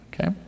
okay